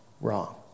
wrong